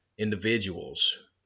Individuals